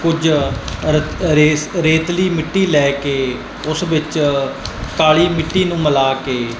ਕੁਝ ਰਤ ਰੇਸ ਰੇਤਲੀ ਮਿੱਟੀ ਲੈ ਕੇ ਉਸ ਵਿੱਚ ਕਾਲੀ ਮਿੱਟੀ ਨੂੰ ਮਿਲਾ ਕੇ